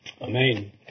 Amen